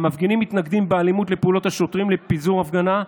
המפגינים מתנגדים באלימות לפעולות השוטרים לפיזור ההפגנה,